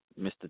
mr